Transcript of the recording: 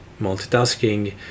multitasking